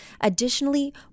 Additionally